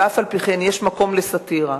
אף-על-פי-כן, יש מקום לסאטירה.